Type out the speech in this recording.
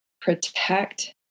protect